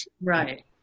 Right